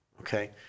Okay